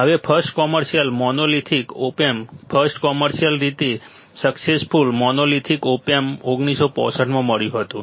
હવે first commercial monolithic op amp first commercial રીતે successful monolithic op amp 1965 માં મળ્યુ હતું